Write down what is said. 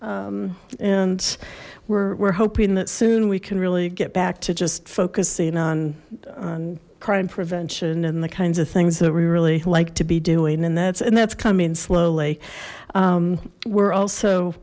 and we're hoping that soon we can really get back to just focusing on crime prevention and the kinds of things that we really like to be doing and that's and that's coming slowly we're also